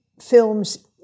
films